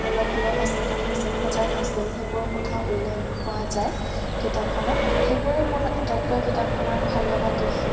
অলপ হ'লেও সচেতন হৈছিল সজাগ হৈছিল সেইবোৰ কথা উল্লেখ পোৱা যায় কিতাপখনত সেইবোৰ মই আটাইতকৈ কিতাপখনৰ ভাল লগা দিশ